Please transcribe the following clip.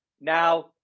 now